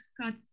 cut